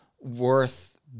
worth